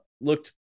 Looked